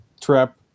trap